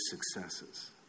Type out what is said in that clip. successes